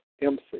MC